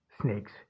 snakes